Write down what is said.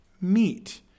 meet